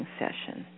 session